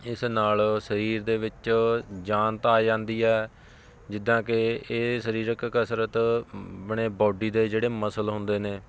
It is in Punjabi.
ਇਸ ਨਾਲ ਸਰੀਰ ਦੇ ਵਿੱਚ ਜਾਨ ਤਾਂ ਆ ਜਾਂਦੀ ਹੈ ਜਿੱਦਾਂ ਕਿ ਇਹ ਸਰੀਰਕ ਕਸਰਤ ਆਪਣੇ ਬਾਡੀ ਦੇ ਜਿਹੜੇ ਮਸਲ ਹੁੰਦੇ ਨੇ